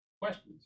questions